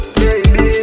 baby